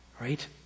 Right